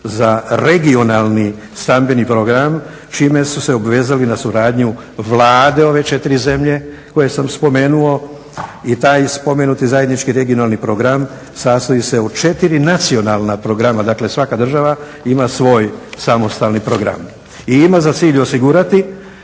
za regionalni stambeni program čime su se obvezali na suradnju Vlade ove četiri zemlje koje sam spomenuo. I taj spomenuti zajednički regionalni program sastoji od 4 nacionalna programa, dakle svaka država ima svoj samostalni program i ima za cilj osigurati